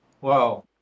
Wow